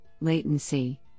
latency